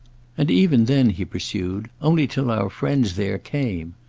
and even then, he pursued, only till our friends there came.